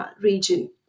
region